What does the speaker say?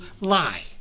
lie